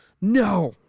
No